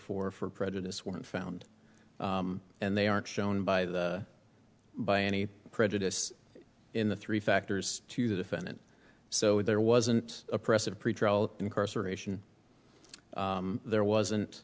for for prejudice weren't found and they aren't shown by the by any prejudice in the three factors to the defendant so there wasn't oppressive pretrial incarceration there wasn't